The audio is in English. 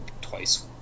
twice